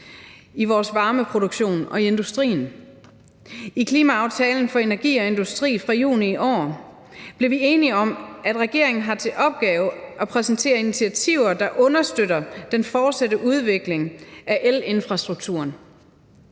i vores varmeproduktion og i industrien. I klimaaftalen for energi og industri fra juni i år blev vi enige om, at regeringen har til opgave at præsentere initiativer, der understøtter den fortsatte udvikling af elinfrastrukturen.